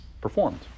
performed